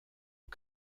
aux